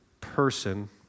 person